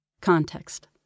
Context